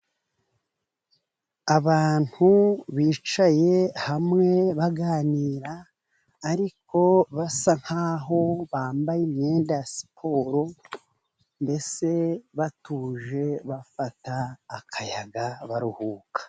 Abantu bicaye hamwe baganira ariko basa nkaho bambaye imyenda ya siporo, mbese batuje bafata akayaga baruhuka.